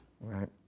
right